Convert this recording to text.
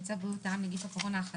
בתוקף סמכותי לפי סעיפים 20(1)(ב) ו-(ג)